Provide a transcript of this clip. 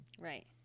Right